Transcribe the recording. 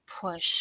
push